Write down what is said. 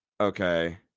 Okay